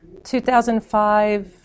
2005